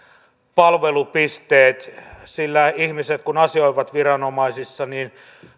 palvelupisteet sillä kun ihmiset asioivat viranomaisissa niin he